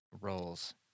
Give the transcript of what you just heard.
roles